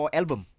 album